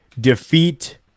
Defeat